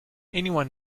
anyone